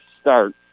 start